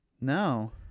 No